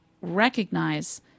recognize